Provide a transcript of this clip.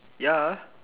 ya